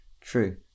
True